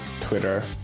twitter